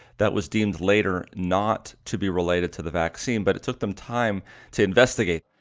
that was deemed later not to be related to the vaccine, but it took them time to investigate.